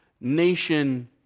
nation